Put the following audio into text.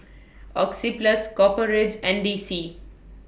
Oxyplus Copper Ridge and D C